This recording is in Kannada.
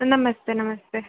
ನಮಸ್ತೆ ನಮಸ್ತೆ